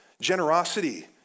Generosity